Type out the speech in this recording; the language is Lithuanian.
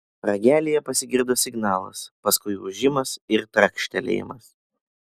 ragelyje pasigirdo signalas paskui ūžimas ir trakštelėjimas